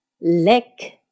lick